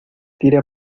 tira